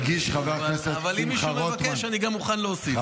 אבל אם מישהו מבקש, אני מוכן להוסיף.